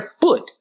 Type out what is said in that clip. foot